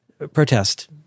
protest